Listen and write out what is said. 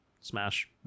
Smash